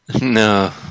No